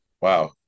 Wow